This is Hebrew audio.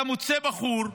אתה מוצא בחור צעיר,